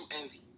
Envy